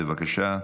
בבקשה.